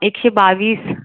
एकशे बावीस